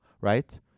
right